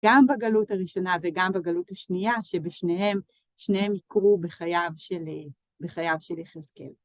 גם בגלות הראשונה וגם בגלות השנייה, שבשניהם, שניהם יקרו בחייו של...בחייו של יחזקאל.